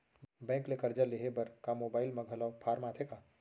Bank ले करजा लेहे बर का मोबाइल म घलो फार्म आथे का?